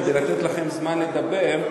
כדי לתת לכם זמן לדבר.